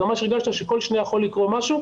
ממש הרגשת שכל שניה יכול לקרות משהו,